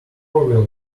will